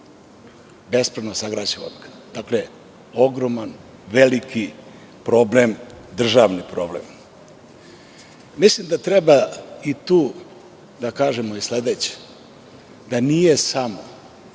bespravno sagrađen. Dakle, ogroman, veliki problem državni problem. Mislim da treba i tu da kažemo i sledeće, da nije sam